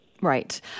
Right